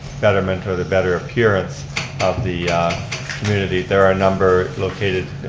betterment or the better appearance of the community. there are a number located,